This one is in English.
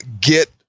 get